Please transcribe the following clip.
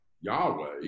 Yahweh